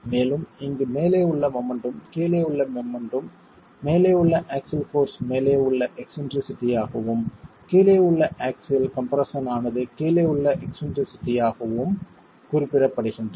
மேலும் இங்கு மேலே உள்ள மொமெண்ட்டும் கீழே உள்ள மொமெண்ட்டும் மேலே உள்ள ஆக்ஸில் போர்ஸ் மேலே உள்ள எக்ஸ்ன்ட்ரிசிட்டி ஆகவும் கீழே உள்ள ஆக்ஸில் கம்ப்ரஸன்மானது கீழே உள்ள எக்ஸ்ன்ட்ரிசிட்டி ஆகவும் குறிப்பிடப்படுகின்றன